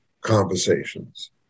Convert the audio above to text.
conversations